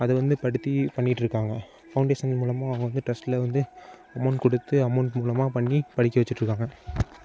அது வந்து படுத்தி பண்ணிட்டு இருக்காங்க ஃபவுண்டேஷன் மூலமாக அவங்க வந்து டிரஸ்டில் வந்து அமௌண்ட் கொடுத்து அமௌண்ட் மூலமாக பண்ணி படிக்க வெச்சிட்டுருக்காங்க